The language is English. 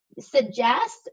suggest